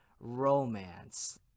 romance